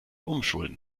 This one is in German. umschulen